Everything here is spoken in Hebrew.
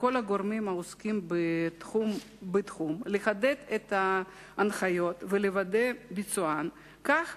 לכל הגורמים העוסקים בתחום לחדד את ההנחיות ולוודא את ביצוען כך